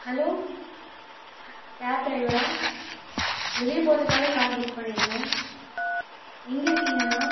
hello ஹ cab ட்ரைவரா வெளியே போகிறதுக்காக கார் புக் பண்ணியிருந்தேன் எங்கேருக்கிங்க அண்ணா